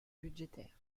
budgétaires